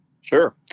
Sure